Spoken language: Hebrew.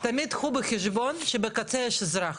תמיד קחו בחשבון שבקצה יש אזרח.